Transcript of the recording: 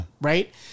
Right